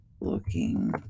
looking